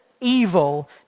evil